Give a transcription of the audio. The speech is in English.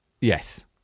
Yes